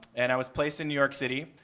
and i was placed in new york city.